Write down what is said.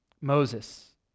Moses